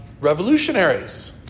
revolutionaries